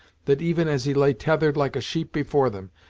that even as he lay tethered like a sheep before them,